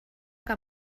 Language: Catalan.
que